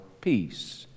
peace